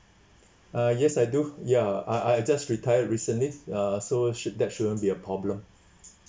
uh yes I do ya ah I just retired recently uh so should that shouldn't be a problem